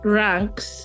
ranks